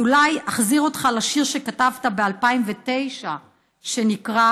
אז אולי אחזיר אותך לשיר שכתבת ב-2009 שנקרא: